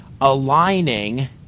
aligning